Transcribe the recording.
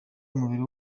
umubiri